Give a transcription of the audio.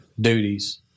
duties